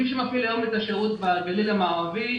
מי שמכיר היום את השירות בגליל המערבי,